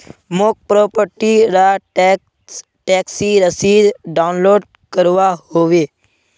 मौक प्रॉपर्टी र tax taxi रसीद डाउनलोड करवा होवे